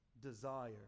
desire